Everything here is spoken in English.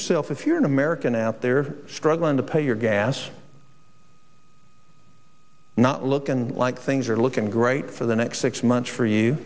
yourself if you're an american out there struggling to pay your gas not looking like things are looking great for the next six months for you